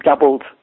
doubled